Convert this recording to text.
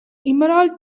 emerald